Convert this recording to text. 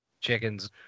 chicken's